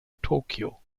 tokio